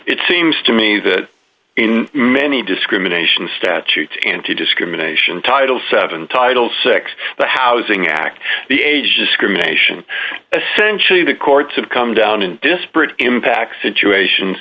it seems to me that many discrimination statutes anti discrimination title seven title six the housing act the age discrimination a century the courts have come down and disparate impact situations